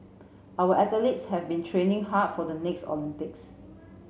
our athletes have been training hard for the next Olympics